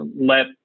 let